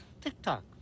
TikTok